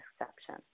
exception